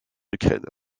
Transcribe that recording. ukraine